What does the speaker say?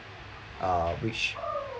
uh which